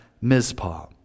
Mizpah